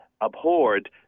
abhorred